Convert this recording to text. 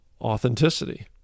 authenticity